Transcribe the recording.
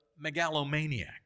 megalomaniac